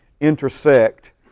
intersect